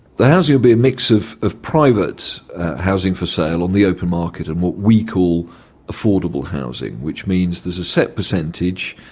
the housing will be a mix of of private housing for sale on the open market and what we call affordable housing, which means there's a set percentage,